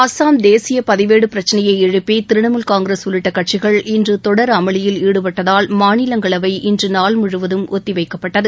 அஸ்ஸாம் தேசிய பதிவேடு பிரச்சினையை எழுப்பி திரிணமுல் காங்கிரஸ் உள்ளிட்ட கட்சிகள் இன்று தொடர் அமளியில் ஈடுபட்டதால் மாநிலங்களவை இன்று நாள் முழுவதும் ஒத்திவைக்கப்பட்டது